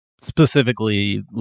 specifically